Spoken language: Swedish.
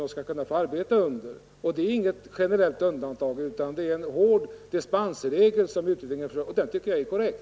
Det är inte fråga om något generellt undantag. Det är en hård dispensregel som utredningen föreslår, och den tycker jag är korrekt.